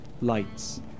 Lights